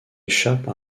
échappe